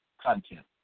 content